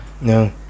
No